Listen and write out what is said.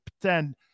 pretend